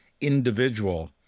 individual